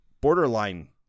borderline